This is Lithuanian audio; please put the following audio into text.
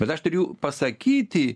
bet aš turiu pasakyti